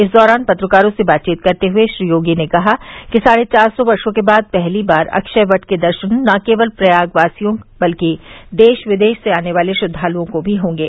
इस दौरान पत्रकारों से बातचीत करते हुए श्री योगी ने कहा कि साढ़े चार सौ वर्षो के बाद पहली बार अक्षय वट के दर्शन न केवल प्रयागवासियों बल्कि देश विदेश से आने वाले श्रद्वालुओं को भी होंगे